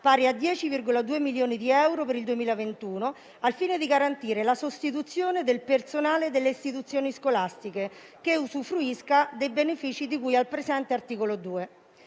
pari a 10,2 milioni di euro per il 2021, al fine di garantire la sostituzione del personale delle istituzioni scolastiche che usufruisca dei benefici di cui al presente articolo 2.